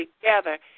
together